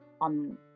on